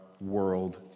world